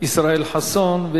ישראל חסון.